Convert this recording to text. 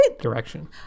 direction